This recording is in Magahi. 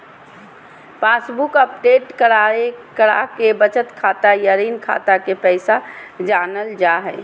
पासबुक अपडेट कराके बचत खाता या ऋण खाता के पैसा जानल जा हय